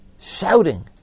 shouting